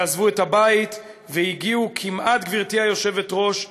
עזבו את הבית והגיעו, גברתי היושבת-ראש,